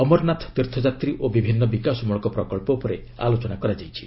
ଅମରନାଥ ତୀର୍ଥଯାତ୍ରୀ ଓ ବିଭିନ୍ନ ବିକାଶମଳକ ପ୍ରକଳ୍ପ ଉପରେ ଆଲୋଚନା ହୋଇଛି